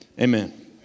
amen